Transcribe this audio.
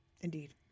Indeed